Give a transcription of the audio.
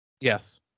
yes